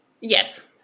Yes